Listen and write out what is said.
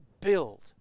build